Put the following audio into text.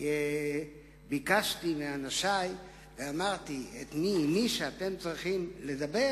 וביקשתי מאנשי ואמרתי: מי שאתם צריכים לדבר